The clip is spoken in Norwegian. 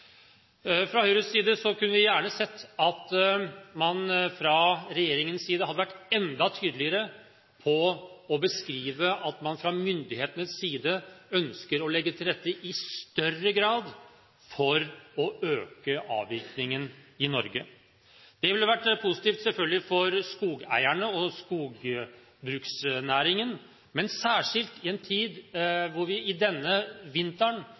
gjerne sett at regjeringen hadde vært enda tydeligere på å beskrive at man fra myndighetenes side i større grad ønsker å legge til rette for å øke avvirkningen i Norge. Det ville selvfølgelig vært positivt for skogeierne og skogbruksnæringen, særskilt i en tid da vi denne vinteren